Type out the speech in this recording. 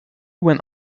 went